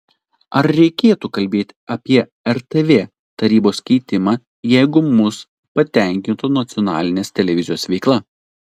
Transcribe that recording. ar reikėtų kalbėti apie rtv tarybos keitimą jeigu mus patenkintų nacionalinės televizijos veikla